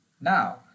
Now